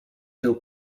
się